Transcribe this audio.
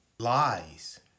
lies